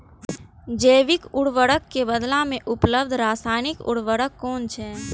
जैविक उर्वरक के बदला में उपलब्ध रासायानिक उर्वरक कुन छै?